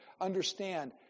understand